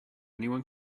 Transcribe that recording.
anyone